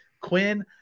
Quinn